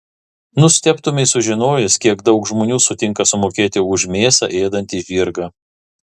nustebtumei sužinojęs kiek daug žmonių sutinka sumokėti už mėsą ėdantį žirgą